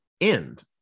end